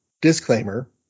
disclaimer